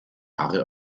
haare